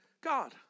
God